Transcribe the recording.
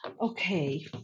okay